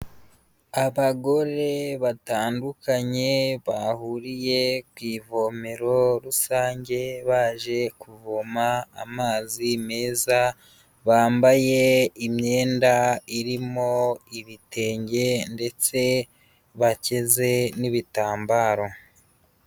Abagore batandukanye bahuriye ku ivomero rusange baje kuvoma amazi meza, bambaye imyenda irimo ibitenge ndetse bateze n'ibitambaro.